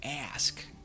ask